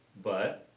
but,